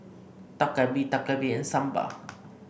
Dak Galbi Dak Galbi and Sambar